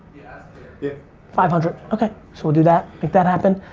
yeah five hundred, okay so we'll do that. make that happen.